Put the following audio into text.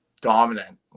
dominant